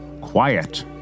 quiet